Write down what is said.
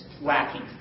lacking